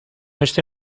este